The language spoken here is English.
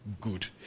good